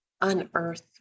unearth